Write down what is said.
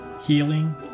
healing